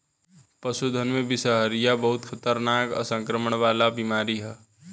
पशुधन में बिषहरिया बहुत खतरनाक आ संक्रमण वाला बीमारी ह